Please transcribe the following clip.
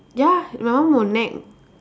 ya my mum will nag